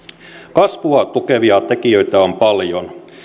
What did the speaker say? kasvua tukevia tekijöitä on paljon